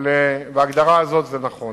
אבל בהגדרה הזאת זה נכון.